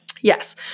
Yes